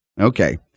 Okay